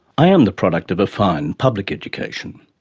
i am the product of a fine public education.